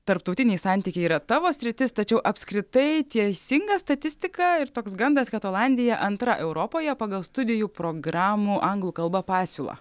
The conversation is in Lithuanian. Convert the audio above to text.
tarptautiniai santykiai yra tavo sritis tačiau apskritai teisinga statistika ir toks gandas kad olandija antra europoje pagal studijų programų anglų kalba pasiūlą